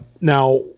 now